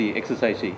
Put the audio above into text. exercise